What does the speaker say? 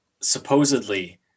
supposedly